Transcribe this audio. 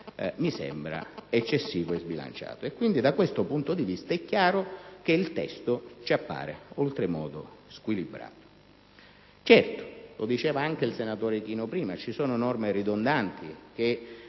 magistratura, eccessivo e sbilanciato. Da questo punto di vista, è chiaro che il testo ci appare oltremodo squilibrato. Lo diceva anche il senatore Ichino prima: ci sono norme ridondanti che